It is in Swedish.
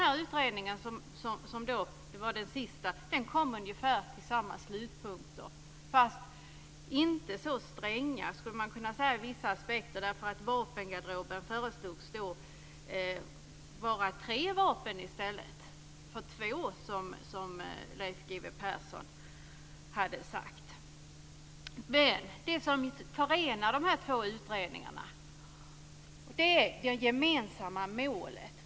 Den utredningen, som var den senaste, kom till ungefär samma slutsatser, fast inte så stränga skulle man kunna säga i vissa aspekter. I fråga om vapengarderoben föreslogs tre vapen i stället för två, som Leif G W Persson hade sagt. Det som förenar de här två utredningarna är dock det gemensamma målet.